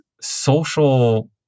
social